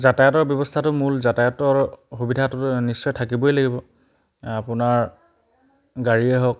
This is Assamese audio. যাতায়াতৰ ব্যৱস্থাটো মূল যাতায়াতৰ সুবিধাটো নিশ্চয় থাকিবই লাগিব আপোনাৰ গাড়ীয়ে হওক